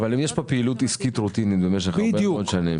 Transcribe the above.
אבל אם יש פעילות עסקית רוטינית במשך הרבה מאוד שנים